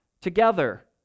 together